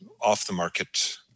off-the-market